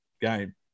game